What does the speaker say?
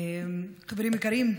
חברים יקרים,